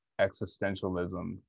existentialism